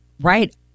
Right